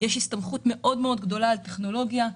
יש הסתמכות גדולה מאוד על טכנולוגיה.